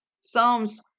Psalms